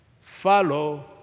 follow